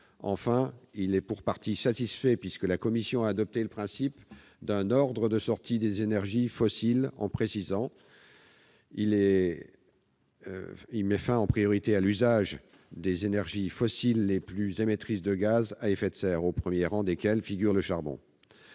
Enfin, il est pour partie satisfait, puisque la commission a adopté le principe d'un ordre de sortie des énergies fossiles en précisant qu'« il est mis fin en priorité à l'usage des énergies fossiles les plus émettrices de gaz à effet de serre », au premier rang desquelles figure le charbon.